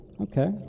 okay